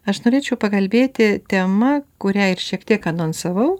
aš norėčiau pakalbėti tema kurią ir šiek tiek anonsavau